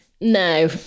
no